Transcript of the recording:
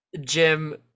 jim